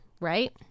right